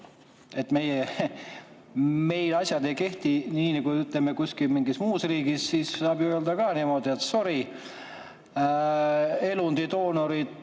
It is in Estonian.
meil asjad ei kehti nii nagu, ütleme, kuskil mingis muus riigis. Saab ju öelda ka niimoodi, etsorry, elundidoonorit